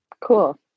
Cool